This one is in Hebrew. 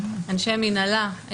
אנשי מנהלה,